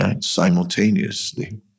simultaneously